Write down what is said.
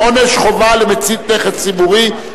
עונש חובה למצית נכס ציבורי),